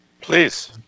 Please